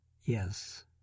Yes